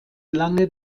lange